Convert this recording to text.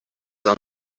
are